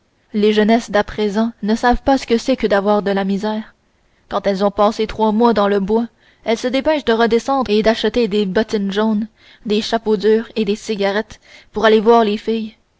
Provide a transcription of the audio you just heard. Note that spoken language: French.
les jeunesses d'à présent ne savent pas ce que c'est que d'avoir de la misère quand elles ont passé trois mois dans les bois elles se dépêchent de redescendre et d'acheter des bottines jaunes des chapeaux durs et des cigarettes pour aller voir les filles